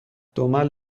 دمل